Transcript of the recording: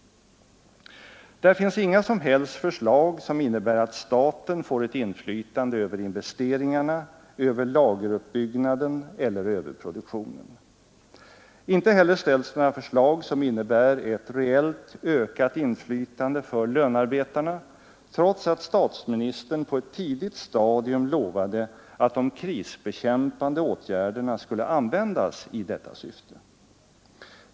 Där finns inga som helst förslag som innebär att staten får ett inflytande över investeringarna, över lageruppbyggnaden eller över produktionen. Inte heller ställs några förslag som innebär ett reellt ökat inflytande för lönearbetarna, trots att statsministern på ett tidigt stadium lovade att de krisbekämpande åtgärderna skulle användas i detta syfte.